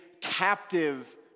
captive